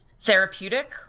therapeutic